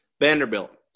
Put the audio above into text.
Vanderbilt